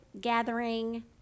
gathering